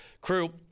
crew